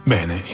Bene